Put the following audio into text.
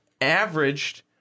averaged